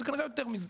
זה כנראה יותר מזה.